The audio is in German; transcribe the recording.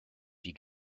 wie